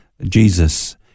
Jesus